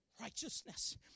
righteousness